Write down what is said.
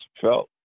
felt